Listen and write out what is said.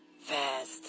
Fast